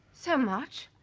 so much!